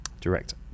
direct